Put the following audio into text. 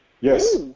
Yes